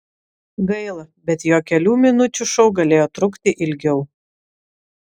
gaila bet jo kelių minučių šou galėjo trukti ilgiau